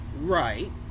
Right